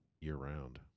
Year-round